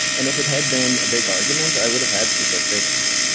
and if it had been a big argument, i would've had statistics,